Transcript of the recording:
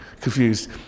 confused